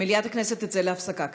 מליאת הכנסת תצא להפסקה כעת.